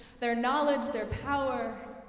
their knowledge, their power.